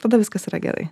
tada viskas yra gerai